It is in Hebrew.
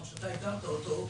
כפי שהגדרת אותו,